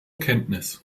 kenntnis